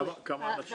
בהחלט.